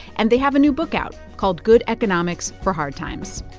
and they have a new book out called good economics for hard times.